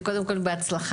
קודם כל בהצלחה,